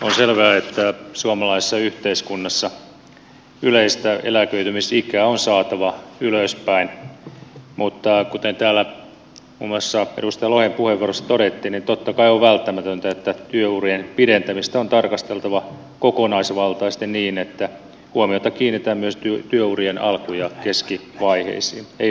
on selvää että suomalaisessa yhteiskunnassa yleistä eläköitymisikää on saatava ylöspäin mutta kuten täällä muun muassa edustaja lohen puheenvuorossa todettiin totta kai on välttämätöntä että työurien pidentämistä on tarkasteltava kokonaisvaltaisesti niin että huomiota kiinnitetään myös työurien alku ja keskivaiheisiin ei vain loppupäähän